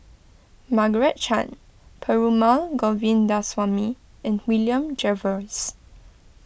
Margaret Chan Perumal Govindaswamy and William Jervois